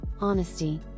honesty